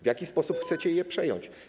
W jaki sposób chcecie je przejąć?